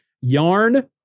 yarn